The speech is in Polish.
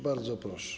Bardzo proszę.